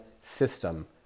system